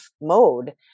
mode